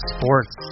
Sports